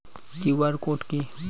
QR code কি?